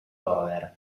cover